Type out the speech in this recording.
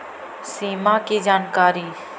सिमा कि जानकारी?